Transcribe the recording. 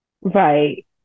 right